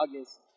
August